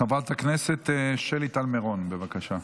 חברת הכנסת שלי טל מירון, בבקשה.